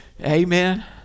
Amen